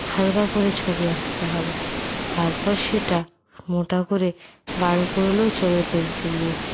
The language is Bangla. হালকা করে ছবি আঁকতে হবে তারপর সেটা মোটা করে গাঢ় করলেও চলবে পেনসিল দিয়ে